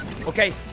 okay